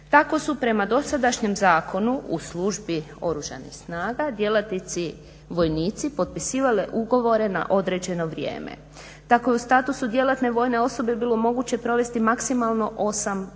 Tako su prema dosadašnjem zakonu u službi Oružanih snaga djelatnici vojnici potpisivali ugovore na određeno vrijeme. Tako je u statusu djelatne vojne osobe bilo moguće provesti maksimalno 8 godina.